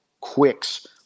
quicks